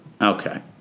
okay